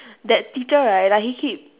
that teacher right like he keep